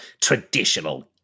traditional